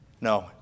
No